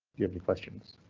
you have any questions,